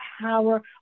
power